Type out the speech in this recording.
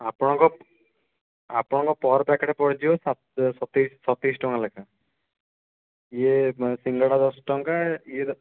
ଆପଣଙ୍କ ଆପଣଙ୍କ per packet ପହଞ୍ଚିଯିବ ସତେଇଶ ଟଙ୍କା ଲେଖାଁ ଇଏ ସିଙ୍ଗଡ଼ା ଦଶ ଟଙ୍କା ଇଏ